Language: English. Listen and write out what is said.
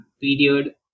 period